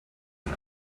and